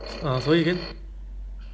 ah sorry again